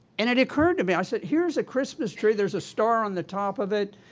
and it occurred to me, i said here's a christmas tree, there is a star on the top of it,